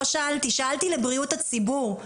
שאלתי לבריאות הציבור,